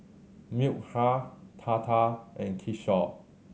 Milkha Tata and Kishore